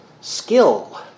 skill